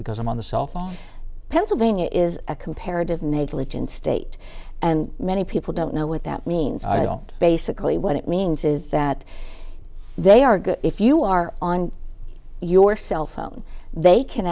because i'm on the cell phone pennsylvania is a comparative negligence state and many people don't know what that means i don't basically what it means is that they are good if you are on your cellphone they can